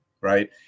Right